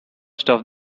stuff